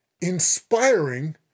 Inspiring